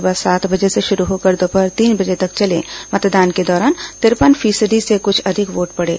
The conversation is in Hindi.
सुबह सात बजे से शुरू होकर दोपहर तीन बजे तक चले मतदान के दौरान तिरपन फीसदी से कुछ अधिक वोट पड़े